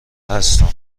هستم